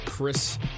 Chris